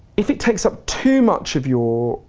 if it takes up too much of your,